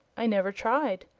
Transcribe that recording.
i never tried.